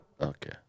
Okay